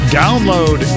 download